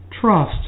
trust